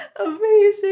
Amazing